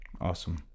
Awesome